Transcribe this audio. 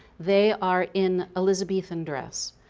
they are in elizabethan dress.